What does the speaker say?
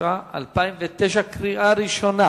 התש"ע 2009, קריאה ראשונה,